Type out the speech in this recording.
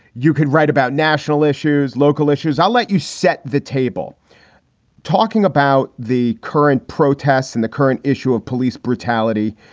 you could write about national issues, local issues. i'll let you set the table talking about the current protests in the current issue of police brutality.